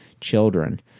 children